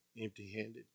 empty-handed